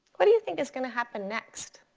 what do you think is gonna happen next?